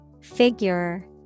Figure